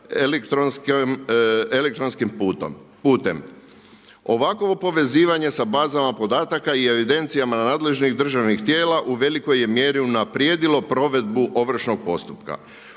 elektronskim putem. Ovakvo povezivanje sa bazama podataka i evidencijama nadležnih državnih tijela u velikoj je mjeri unaprijedilo provedbu ovršnog postupka.